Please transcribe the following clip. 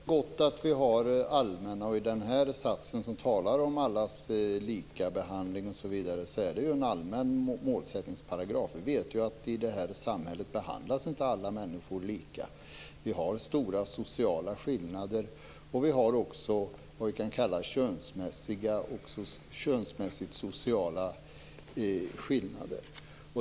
Fru talman! Det är gott att vi har allmänna skrivningar. Den här satsen, som talar om allas lika behandling, är en allmän målsättningsparagraf. Vi vet att alla människor inte behandlas lika i det här samhället. Vi har stora sociala skillnader. Vi har också det vi kan kalla könsmässigt sociala skillnader.